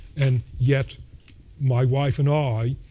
and yet my wife and i